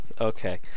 Okay